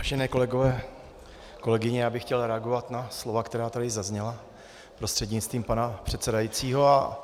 Vážené kolegyně, kolegové, já bych chtěl reagovat na slova, která tady zazněla, prostřednictvím pana předsedajícího.